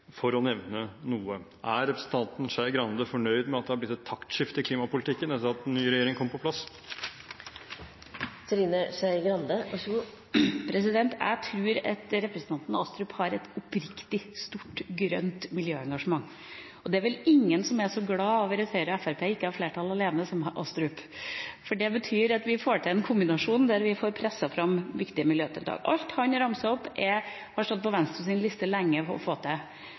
for å nevne noe. Er representanten Skei Grande fornøyd med at det er blitt et taktskifte i klimapolitikken etter at den nye regjeringen kom på plass? Jeg tror at representanten Astrup har et oppriktig stort grønt miljøengasjement. Det er vel ingen som er så glad over at Høyre og Fremskrittspartiet ikke har flertall alene som Astrup, for det betyr at vi får til en kombinasjon der vi får presset fram viktige miljøtiltak. Alt han ramset opp, har stått på Venstres liste lenge for å få til,